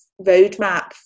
roadmap